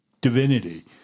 divinity